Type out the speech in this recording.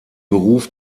beruf